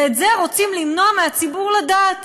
ואת זה רוצים למנוע מהציבור לדעת.